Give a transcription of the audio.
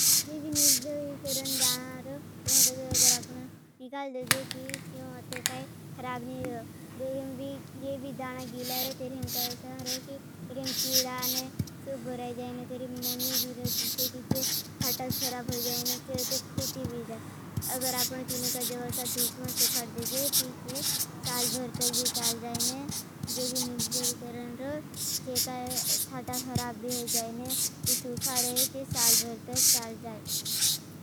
जो भी निर्जोरी करण दाना रो अगर आपनों निकाल देजे। ती चिम अते काई खराब नहीं रो। जो भी दाना गिला रो तेरेम काई असार रो। कि तेरेम कीड़ा ने सुप भराई जाएने। तेरेम नमी भी रो जिसे कि चे थाटाश खराब हो जाएने चे ते फूटी भी जाए। अगर आपनों तीनों का जबसा धूप मां सुखार देजे। ती चे साल भर तक भी चाल जाएने। जे भी निर्जर करन रो चे काई चाटा खराब भी हो जाएने। चे सुखा रहे चे साल भर तक चाल जाए।